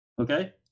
Okay